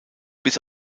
bis